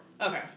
Okay